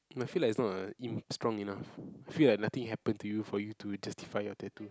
I feel like it's not ah strong enough I feel like nothing happen to you for you to justify your tattoo